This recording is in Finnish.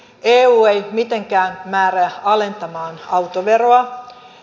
eu ei mitenkään määrää alentamaan autoveroa